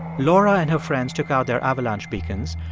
laura and her friends took out their avalanche beacons.